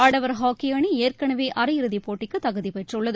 ஆடவர் ஹாக்கி அணி ஏற்கனவே அரை இறுதிப் போட்டிக்கு தகுதிபெற்றுள்ளது